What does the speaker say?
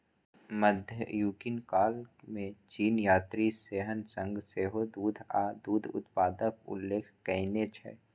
मध्ययुगीन काल मे चीनी यात्री ह्वेन सांग सेहो दूध आ दूध उत्पादक उल्लेख कयने छै